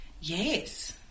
Yes